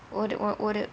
ஒரு ஒரு:oru oru